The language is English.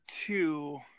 two